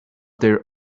their